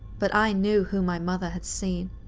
but, i knew who my mother had seen.